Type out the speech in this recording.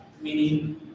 meaning